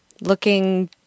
looking